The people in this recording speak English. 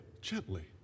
gently